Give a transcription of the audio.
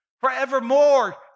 forevermore